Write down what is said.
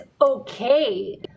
okay